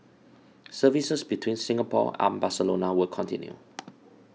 services between Singapore and Barcelona will continue